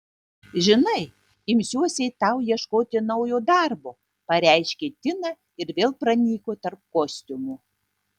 žinai imsiuosi tau ieškoti naujo darbo pareiškė tina ir vėl pranyko tarp kostiumų